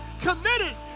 committed